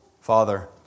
Father